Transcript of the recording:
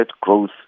growth